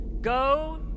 Go